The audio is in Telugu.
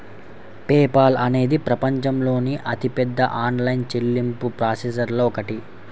పే పాల్ అనేది ప్రపంచంలోని అతిపెద్ద ఆన్లైన్ చెల్లింపు ప్రాసెసర్లలో ఒకటి